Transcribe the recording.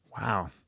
Wow